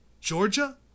Georgia